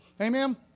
Amen